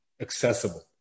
accessible